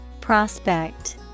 Prospect